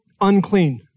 unclean